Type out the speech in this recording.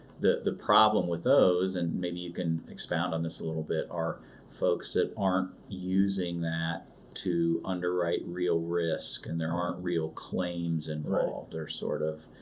the the problem with those, and maybe you can expound on this a little bit, are folks that aren't using that to underwrite real risk, and there aren't real claims involved, they're sort of,